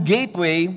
Gateway